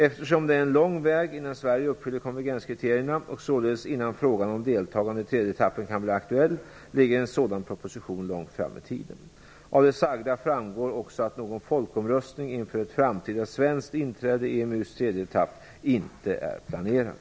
Eftersom det är en lång väg innan Sverige uppfyller konvergenskriterierna, och således innan frågan om deltagandet i tredje etappen kan bli aktuell, ligger en sådan proposition långt fram i tiden. Av det sagda framgår också att någon folkomröstning inför ett framtida svenskt inträde i EMU:s tredje etapp inte är planerad.